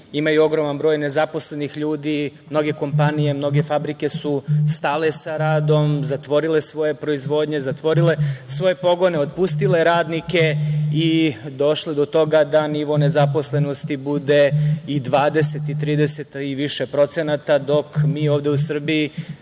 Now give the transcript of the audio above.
imaju ogroman broj nezaposlenih ljudi. Mnoge kompanije, mnoge fabrike su stale sa radom, zatvorile svoje proizvodnje, zatvorile svoje pogone, otpustile radnike i došle do toga da nivo nezaposlenosti bude i 20% i 30% i više procenata, dok mi ovde u Srbiji,